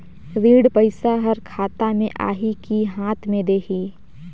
ऋण पइसा हर खाता मे आही की हाथ मे देही?